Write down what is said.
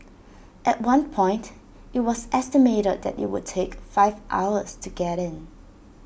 at one point IT was estimated that IT would take five hours to get in